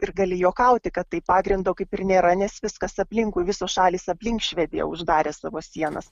ir gali juokauti kad tai pagrindo kaip ir nėra nes viskas aplinkui visos šalys aplink švediją uždarė savo sienas